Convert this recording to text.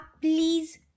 please